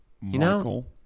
Michael